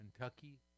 Kentucky